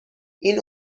این